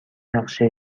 نقشه